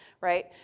right